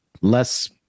less –